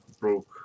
Broke